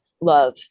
love